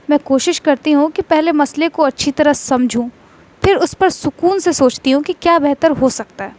میں کوشش کرتی ہوں کہ پہلے مسئلے کو اچھی طرح سمجھوں پھر اس پر سکون سے سوچتی ہوں کہ کیا بہتر ہو سکتا ہے